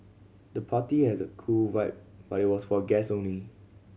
the party has a cool vibe but was for guest only